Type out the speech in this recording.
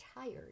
tired